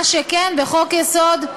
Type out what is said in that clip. מה שכן, בחוק-יסוד: